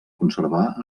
conservar